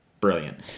brilliant